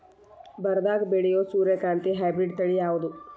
ಬರದಾಗ ಬೆಳೆಯೋ ಸೂರ್ಯಕಾಂತಿ ಹೈಬ್ರಿಡ್ ತಳಿ ಯಾವುದು?